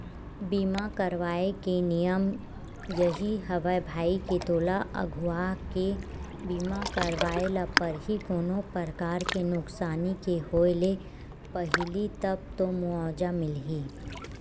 बीमा करवाय के नियम यही हवय भई के तोला अघुवाके बीमा करवाय ल परही कोनो परकार के नुकसानी के होय ले पहिली तब तो मुवाजा मिलही